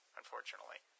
unfortunately